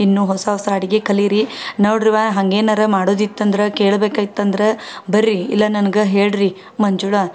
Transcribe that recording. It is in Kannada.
ಇನ್ನೂ ಹೊಸ ಹೊಸ ಅಡುಗೆ ಕಲಿರಿ ನೋಡ್ರಿವಾ ಹಂಗೆ ಏನಾರ ಮಾಡೋದಿತ್ತು ಅಂದ್ರೆ ಕೇಳ್ಬೇಕಾಗಿತ್ತು ಅಂದ್ರೆ ಬರ್ರಿ ಇಲ್ಲ ನನ್ಗೆ ಹೇಳಿರಿ ಮಂಜುಳ